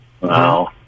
Wow